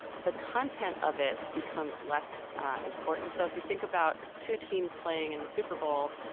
the content of it becomes less important. so if you think about two teams playing in the super bowl,